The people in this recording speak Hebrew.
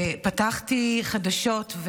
פתחתי חדשות,